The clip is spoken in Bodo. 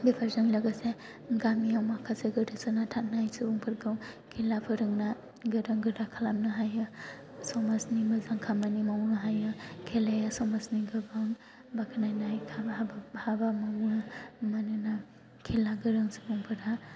बेफोरजों लोगोसे गामियाव माखासे गोदोसोना थानाय सुबुंफोरखौ खेला फोरोंना गोरों गोरा खालामनो हायो समाजनि मोजां खामानि मावनो हायो खेलाया समाजनि गोबां बाख्नायनाय हाबा मावो मानोना खेला गोरों सुबुंफोरा